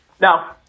No